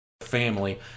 family